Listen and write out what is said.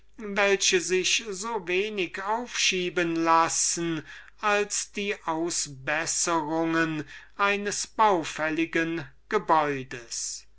welche sich so wenig aufschieben lassen als die ausbesserung eines baufälligen gebäudes